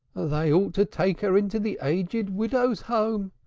they ought to take her into the aged widows' home.